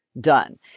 done